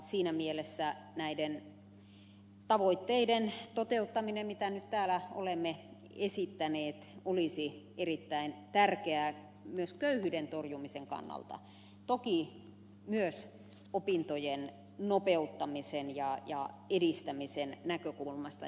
siinä mielessä näiden tavoitteiden toteuttaminen mitä nyt täällä olemme esittäneet olisi erittäin tärkeää myös köyhyyden torjumisen kannalta toki myös opintojen nopeuttamisen ja edistämisen näkökulmasta